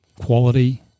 quality